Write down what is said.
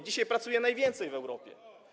Dzisiaj pracuje najwięcej w Europie.